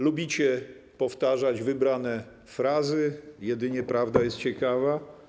Lubicie powtarzać wybrane frazy: Jedynie prawda jest ciekawa.